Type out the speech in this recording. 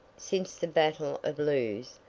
since the battle of lewes,